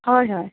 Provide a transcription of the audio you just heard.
हय हय